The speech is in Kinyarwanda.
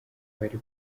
bari